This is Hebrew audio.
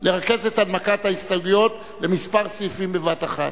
לרכז את הנמקת ההסתייגויות לכמה סעיפים בבת אחת".